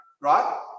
right